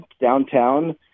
downtown